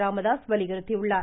ராமதாஸ் வலியுறுத்தியுள்ளார்